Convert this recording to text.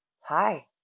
Hi